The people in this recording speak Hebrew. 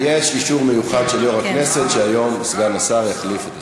יש אישור מיוחד של יו"ר הכנסת שהיום סגן השר יחליף את השר.